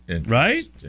Right